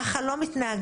ככה לא מתנהגים.